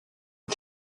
die